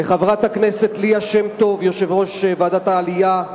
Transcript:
לחברת הכנסת ליה שמטוב, יושבת-ראש ועדת העלייה,